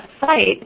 site